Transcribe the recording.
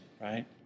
right